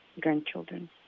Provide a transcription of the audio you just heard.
grandchildren